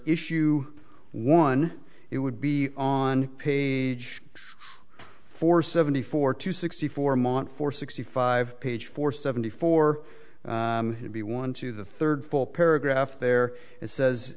issue one it would be on page four seventy four to sixty four mont four sixty five page four seventy four would be one to the third full paragraph there it says